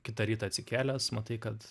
kitą rytą atsikėlęs matai kad